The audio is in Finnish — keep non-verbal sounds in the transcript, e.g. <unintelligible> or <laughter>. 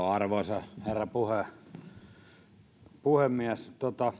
<unintelligible> arvoisa herra puhemies minä vähän